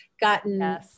gotten